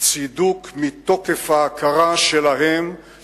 צידוק מתוקף ההכרה שלהן,